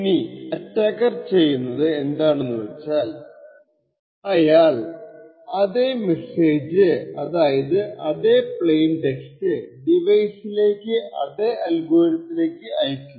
ഇനി അറ്റാക്കർ ചെയുന്നത് എന്താണെന്നുവച്ചാൽ അയാൾ അതെ മെസ്സേജ് അതായാത് അതെ പ്ലെയിൻ ടെക്സ്റ്റ് ഡിവൈസിലേക്ക് device൦ അതെ അൽഗോരിതത്തിലേക്ക് അയക്കും